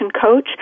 coach